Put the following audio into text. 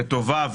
טובה,